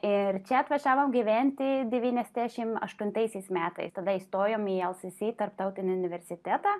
ir čia atvažiavom gyventi devyniasdešimt aštuntaisiais metais tada įstojome į l si si tarptautinį universitetą